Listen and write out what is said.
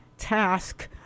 task